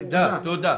תודה.